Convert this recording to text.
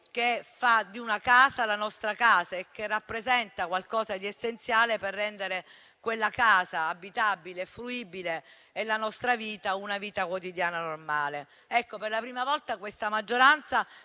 che fa di una casa la nostra casa e che rappresenta qualcosa di essenziale per rendere quella casa abitabile e fruibile e la nostra vita una vita quotidiana, normale. Per la prima volta questa maggioranza